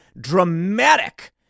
dramatic